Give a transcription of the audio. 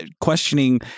questioning